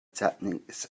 techniques